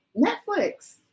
Netflix